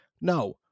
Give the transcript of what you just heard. No